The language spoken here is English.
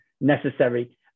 necessary